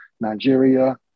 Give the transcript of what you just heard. Nigeria